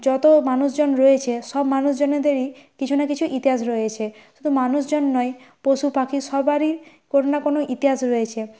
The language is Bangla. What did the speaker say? যত মানুষজন রয়েছে সব মানুষজনেদেরই কিছু না কিছু ইতিহাস রয়েছে শুধু মানুষজন নয় পশু পাখি সবারই কোনও না কোনও ইতিহাস রয়েছে